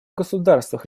государствах